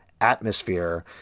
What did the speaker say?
atmosphere